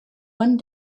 one